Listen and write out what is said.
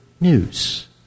news